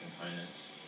components